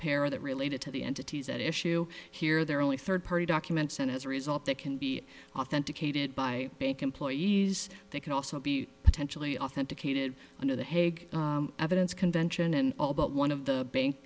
payer that related to the entities at issue here they're only third party document sent as a result that can be authenticated by bank employees they can also be potentially authenticated under the hague evidence convention and all but one of the bank